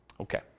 Okay